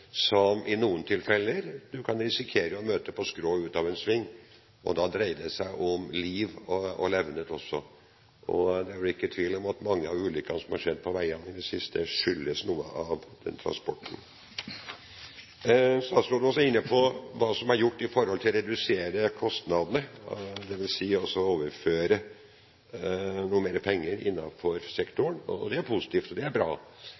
som du i noen tilfeller kan risikere å møte på skrå i en sving, og da dreier det seg om liv og levnet også. Det er vel ikke tvil om at mange av ulykkene som har skjedd på veiene i det siste, skyldes denne transporten. Statsråden var også inne på hva som er gjort når det gjelder å redusere kostnadene, dvs. å overføre noe mer penger innenfor sektoren – det er positivt, og det er bra.